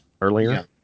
earlier